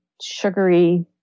sugary